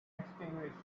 extinguished